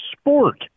sport